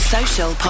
Social